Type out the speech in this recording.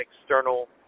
external